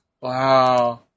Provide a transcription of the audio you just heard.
Wow